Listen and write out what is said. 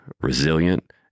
resilient